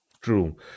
True